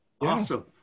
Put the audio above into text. Awesome